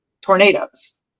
tornadoes